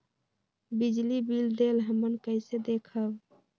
बिजली बिल देल हमन कईसे देखब?